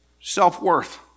Self-worth